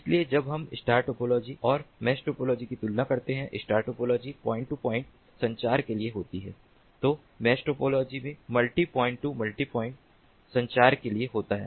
इसलिए जब हम स्टार टोपोलॉजी और मेष टोपोलॉजी की तुलना करते हैं star topology point to point संचार के लिए होती है तो मेष टोपोलॉजी में हम multi point to multi point संचार के लिए होते हैं